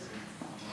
תודה רבה.